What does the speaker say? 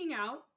out